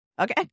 Okay